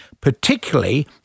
particularly